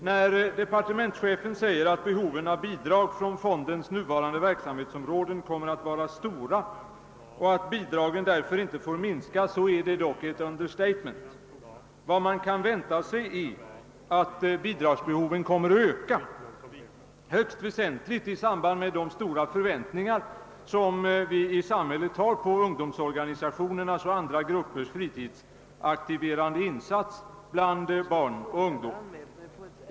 När departementschefen säger, att behoven av bidrag från fondens nuvarande verksamhetsområden kommer att vara stora och att bidragen därför inte får minska, är det dock ett understatement — vad man kan vänta sig är att bidragsbehoven kommer att öka högst väsentligt i samband med de förväntningar samhället har på ungdomsorganisationernas och andra gruppers fritidsaktiverande insats bland barn och ungdom.